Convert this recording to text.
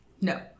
No